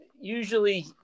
usually